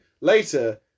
later